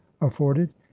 afforded